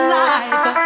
life